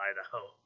idaho